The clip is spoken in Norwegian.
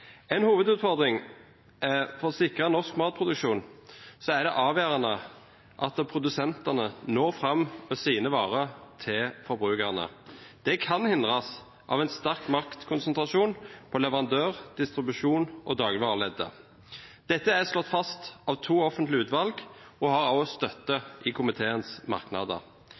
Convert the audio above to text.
For å sikre norsk matproduksjon er det avgjørende at produsentene når fram med sine varer til forbrukerne. Det kan hindres av en sterk maktkonsentrasjon på leverandør-, distribusjons- og dagligvareleddet. Dette er slått fast av to offentlige utvalg og har også støtte